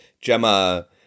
Gemma